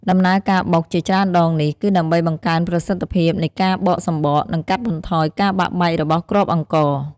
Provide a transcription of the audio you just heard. ដំណើរការបុក ជាច្រើនដងនេះ គឺដើម្បីបង្កើនប្រសិទ្ធភាពនៃការបកសម្បក និងកាត់បន្ថយការបាក់បែករបស់គ្រាប់អង្ករ។